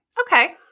okay